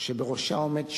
שבראשה עומד שופט,